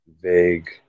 Vague